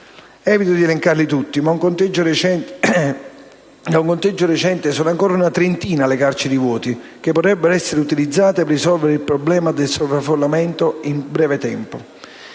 Evito di elencarli tutti, ma da un conteggio recente risultano ancora una trentina le carceri vuote, che potrebbero essere utilizzate per risolvere il problema del sovraffollamento in breve tempo.